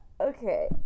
okay